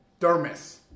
dermis